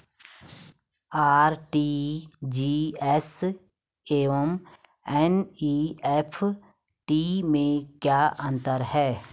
RTGS एवं NEFT में क्या अंतर है?